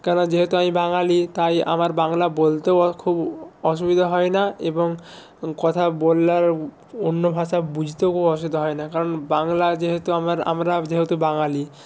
কেননা যেহেতু আমি বাঙালি তাই আমার বাংলা বলতেও খুব অসুবিধা হয় না এবং কথা বলার অন্য ভাষা বুঝতেও খুব অসুবিধা হয় না কারণ বাংলা যেহেতু আমার আমরা যেহেতু বাঙালি